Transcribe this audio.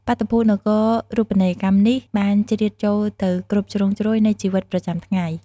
បាតុភូតនគរូបនីយកម្មនេះ បានជ្រៀតចូលទៅគ្រប់ជ្រុងជ្រោយនៃជីវិតប្រចាំថ្ងៃ។